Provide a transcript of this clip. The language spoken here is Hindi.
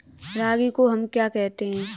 रागी को हम क्या कहते हैं?